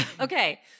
Okay